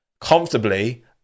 Comfortably